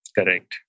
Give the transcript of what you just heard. Correct